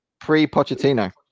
Pre-Pochettino